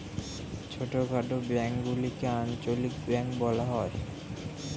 ছোটখাটো ব্যাঙ্কগুলিকে আঞ্চলিক ব্যাঙ্ক বলা হয়